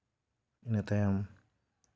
ᱤᱱᱟᱹ ᱛᱟᱭᱚᱢ